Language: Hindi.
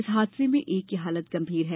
इस हादसे में एक की हालत गंभीर है